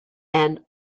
and